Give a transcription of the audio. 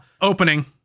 Opening